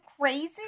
crazy